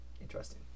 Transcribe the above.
interesting